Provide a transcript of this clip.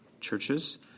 churches